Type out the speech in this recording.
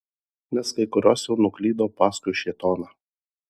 nes kai kurios jau nuklydo paskui šėtoną